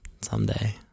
Someday